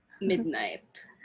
Midnight